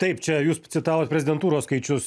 taip čia jūs citavot prezidentūros skaičius